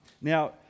Now